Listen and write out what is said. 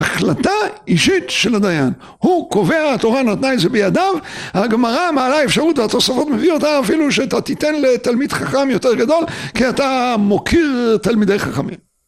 החלטה אישית של הדיין הוא קובע התורה נתנה את זה בידיו הגמרא מעלה אפשרות והתוספות מביא אותה אפילו שאתה תיתן לתלמיד חכם יותר גדול כי אתה מוקיר תלמידי חכמים